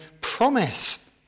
promise